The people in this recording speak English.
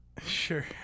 Sure